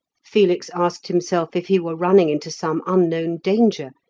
felix asked himself if he were running into some unknown danger,